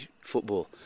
football